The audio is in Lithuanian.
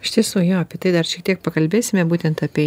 iš tiesų jo apie tai dar šiek tiek pakalbėsime būtent apie